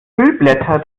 hüllblätter